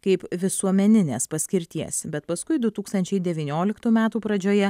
kaip visuomeninės paskirties bet paskui du tūkstančiai devynioliktų metų pradžioje